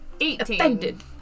Eighteen